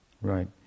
Right